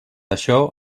això